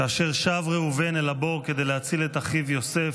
כאשר שב ראובן אל הבור כדי להציל את אחיו יוסף,